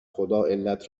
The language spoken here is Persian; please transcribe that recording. خداعلت